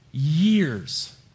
years